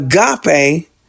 agape